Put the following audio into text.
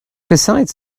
besides